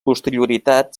posterioritat